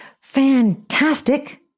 fantastic